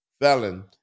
felon